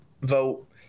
vote